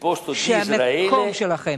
שהמקום שלכם,